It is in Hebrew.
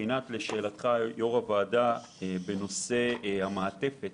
לשאלת יושב-ראש הישיבה בנושא המעטפת,